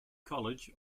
college